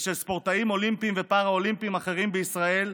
ושל ספורטאים אולימפיים ופראלימפיים אחרים בישראל,